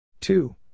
two